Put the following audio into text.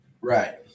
Right